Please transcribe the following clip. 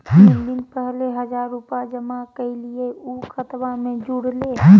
तीन दिन पहले हजार रूपा जमा कैलिये, ऊ खतबा में जुरले?